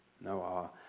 No